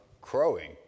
crowing